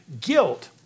guilt